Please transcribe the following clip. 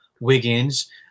Wiggins